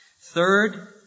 Third